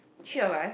three of us